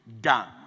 done